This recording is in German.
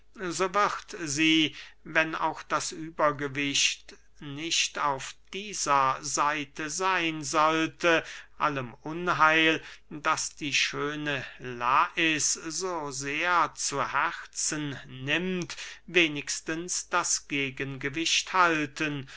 sie wenn auch das übergewicht nicht auf dieser seite seyn sollte allem unheil das die schöne lais so sehr zu herzen nimmt wenigstens das gegengewicht halten